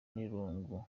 n’irungu